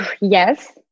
Yes